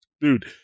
dude